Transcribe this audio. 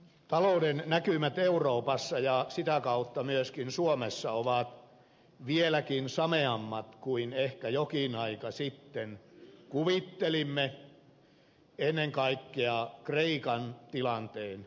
talouden näkymät euroopassa ja sitä kautta myöskin suomessa ovat vieläkin sameammat kuin ehkä jokin aika sitten kuvittelimme ennen kaikkea kreikan tilanteen johdosta